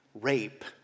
rape